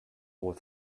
with